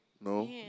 no